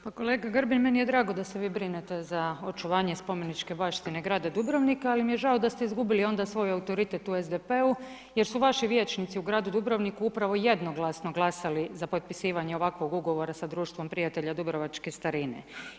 Pa kolega Grbin, meni je drago da se vi brinete za očuvanje spomeničke baštine grada Dubrovnika, ali mi je žao da ste izgubili onda svoj autoritet u SDP-u jer su vaši vijećnici u gradu Dubrovniku upravo jednoglasno glasali za potpisivanje ovakvog ugovora sa Društvom prijatelja dubrovačke starine.